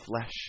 flesh